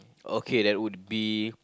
okay that would be